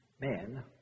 men